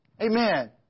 Amen